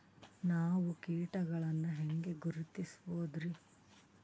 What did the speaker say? ನಾವು ಕೀಟಗಳನ್ನು ಹೆಂಗ ಗುರುತಿಸಬೋದರಿ?